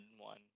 one